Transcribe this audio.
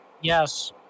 Yes